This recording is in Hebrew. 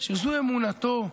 שזו אמונתו,